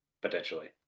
potentially